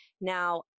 now